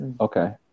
Okay